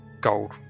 gold